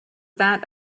that